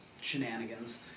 shenanigans